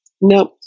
Nope